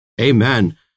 Amen